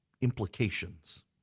implications